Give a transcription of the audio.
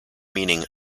meaning